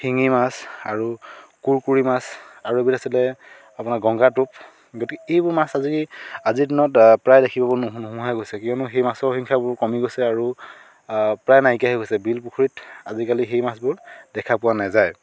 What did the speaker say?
শিঙি মাছ আৰু কুৰকুৰি মাছ আৰু এবিধ আছিলে আমাৰ গংগাটোপ গতিকে এইবোৰ মাছ আজি আজিৰ দিনত প্ৰায় দেখিব নোহোৱা হৈ গৈছে কিয়নো সেই মাছৰ সংখ্যাবোৰ কমি গৈছে আৰু প্ৰায় নাইকীয়া হৈ গৈছে বিল পুখুৰীত আজিকালি সেই মাছবোৰ দেখা পোৱা নাযায়